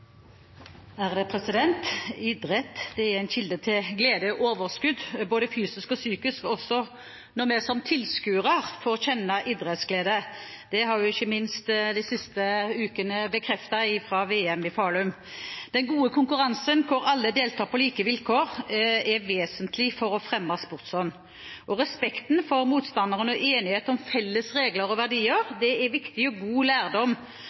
er fremmet. Idrett er en kilde til glede og overskudd både fysisk og psykisk, også når vi som tilskuere får kjenne idrettsglede. Det har ikke minst de siste ukene fra VM i Falun bekreftet. Den gode konkurransen hvor alle deltar på like vilkår, er vesentlig for å fremme sportsånd. Respekten for motstanderne og enighet om felles regler og verdier er viktig og god lærdom